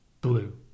blue